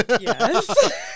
Yes